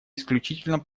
исключительно